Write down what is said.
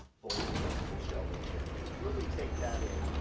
fully adjustable shelving here. and really take that in,